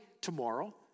tomorrow